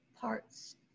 parts